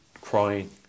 crying